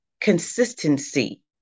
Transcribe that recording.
consistency